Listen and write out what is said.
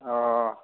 अ